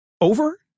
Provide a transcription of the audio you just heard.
over